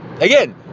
again